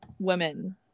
women